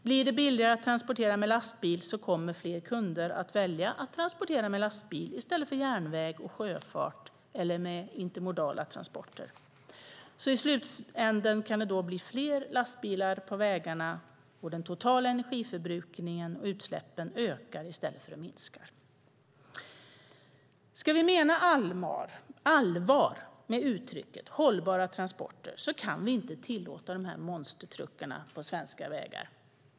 Blir det billigare att transportera med lastbil kommer fler kunder att välja att transportera med lastbil i stället för med järnväg och fartyg eller med intermodala transporter. I slutändan kan det då bli fler lastbilar på vägarna och den totala energiförbrukningen och utsläppen ökar i stället för att minska. Ska vi mena allvar med uttrycket hållbara transporter kan vi inte tillåta dessa monstertruckar på svenska vägar.